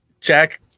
Jack